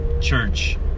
church